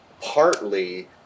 partly